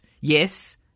yes